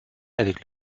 avec